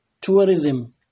tourism